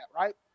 right